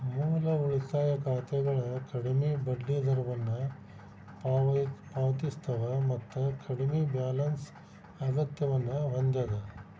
ಮೂಲ ಉಳಿತಾಯ ಖಾತೆಗಳ ಕಡ್ಮಿ ಬಡ್ಡಿದರವನ್ನ ಪಾವತಿಸ್ತವ ಮತ್ತ ಕಡ್ಮಿ ಬ್ಯಾಲೆನ್ಸ್ ಅಗತ್ಯವನ್ನ ಹೊಂದ್ಯದ